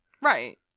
Right